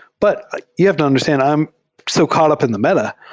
but you have to understand. i'm so caught up in the meta.